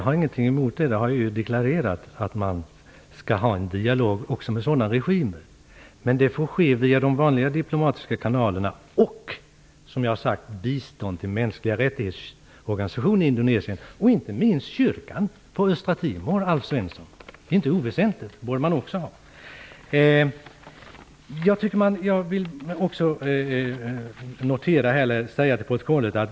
Herr talman! Jag har deklarerat att jag inte har någonting emot att vi för en dialog också med sådana regimer. Men det får ske via de vanliga diplomatiska kanalerna och genom bistånd till organisationer för mänskliga rättigheter i Indonesien och inte minst till kyrkan på Östra Timor. Det är inte oväsentligt. Det borde man också ge.